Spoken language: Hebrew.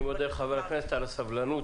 אני מודה לחברי הכנסת על הסבלנות.